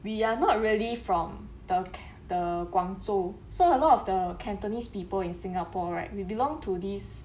we are not really from the the 广州 so a lot of the cantonese people in singapore right we belong to this